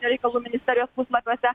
reikalų ministerijos puslapiuose